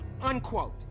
unquote